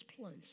place